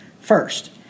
First